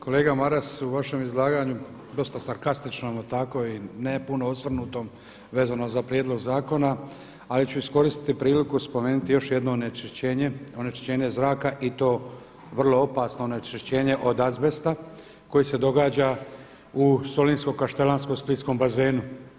Kolega Maras u vašem izlaganju dosta sarkastičnom tako i ne puno osvrnutom vezano za prijedlog zakona, ali ću iskoristiti priliku spomenuti još jedno onečišćenje, onečišćenje zraka i to vrlo opasno onečišćenje od azbesta koji se događa u solinsko-kaštelanskom-splitskom bazenu.